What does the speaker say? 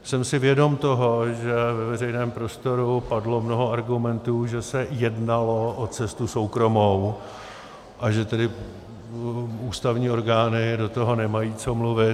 Jsem si vědom toho, že ve veřejném prostoru padlo mnoho argumentů, že se jednalo o cestu soukromou, a že tedy ústavní orgány do toho nemají co mluvit.